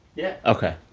yeah ok